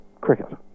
cricket